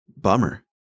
bummer